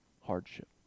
hardship